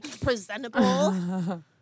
presentable